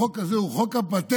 החוק הזה הוא חוק הפטנטים,